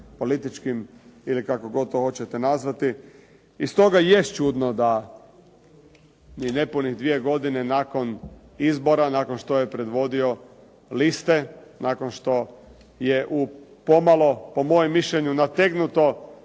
političkim ili kako god to hoćete nazvati. I stoga jest čudno da ni nepunih dvije godine nakon izbora, nakon što je predvodio liste, nakon što je u pomalo po mojem mišljenju nategnuto